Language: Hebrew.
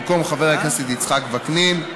במקום חבר הכנסת יצחק וקנין,